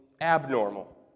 abnormal